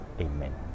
Amen